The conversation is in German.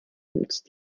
nutzt